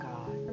God